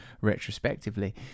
retrospectively